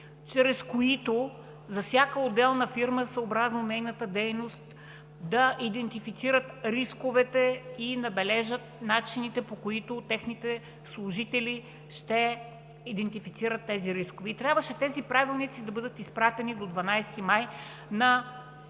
чрез които за всяка отделна фирма, съобразно нейната дейност, да идентифицират рисковете и набележат начините, по които техните служители ще идентифицират тези рискове и трябваше тези правилници да бъдат изпратени до 12 май на